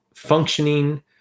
functioning